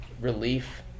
relief